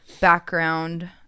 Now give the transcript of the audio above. background